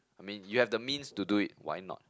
I mean you have the means to do it why not